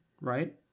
right